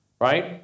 right